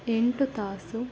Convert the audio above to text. ಎಂಟು ತಾಸು